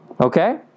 Okay